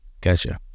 Gotcha